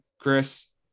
Chris